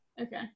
Okay